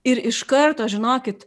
ir iš karto žinokit